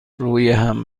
رویهم